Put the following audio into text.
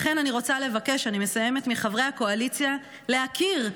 לכן אני רוצה לבקש מחברי הקואליציה להכיר,